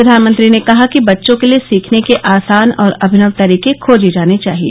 फ्र्वानमंत्री ने कहा कि बच्चों के लिए सीखने के आसान और अभिनव तरीके खोजे जाने चाहिए